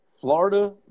Florida